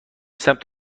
سمت